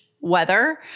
weather